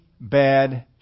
bad